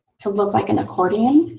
to look like an accordion.